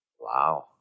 Wow